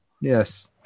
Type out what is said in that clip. Yes